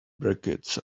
brackets